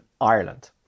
Ireland